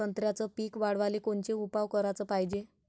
संत्र्याचं पीक वाढवाले कोनचे उपाव कराच पायजे?